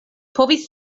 povis